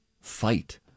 fight